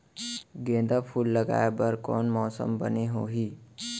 गेंदा फूल लगाए बर कोन मौसम बने होही?